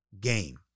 game